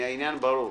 העניין ברור.